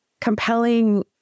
compelling